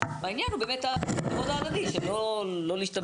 והעניין הוא באמת הכבוד ההדדי שלא להשתמש.